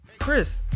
chris